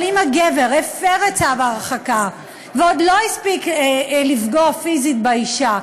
אבל אם הגבר הפר את צו ההרחקה ועוד לא הספיק לפגוע פיזית באישה,